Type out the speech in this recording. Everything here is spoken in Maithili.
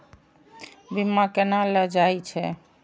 बीमा केना ले जाए छे?